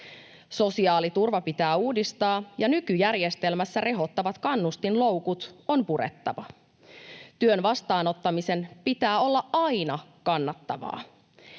Sosiaaliturva pitää uudistaa, ja nykyjärjestelmässä rehottavat kannustinloukut on purettava — työn vastaanottamisen pitää olla aina kannattavaa.